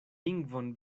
lingvon